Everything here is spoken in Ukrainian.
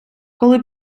коли